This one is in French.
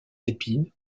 épines